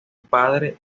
padre